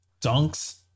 dunks